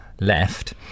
left